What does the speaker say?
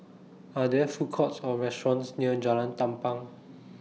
Are There Food Courts Or restaurants near Jalan Tampang